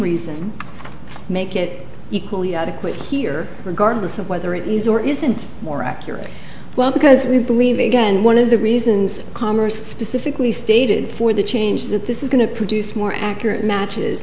reasons make it equally adequate here regardless of whether it is or isn't more accurately well because we believe again one of the reasons commerce specifically stated for the change that this is going to produce more accurate matches